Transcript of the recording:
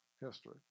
history